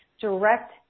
direct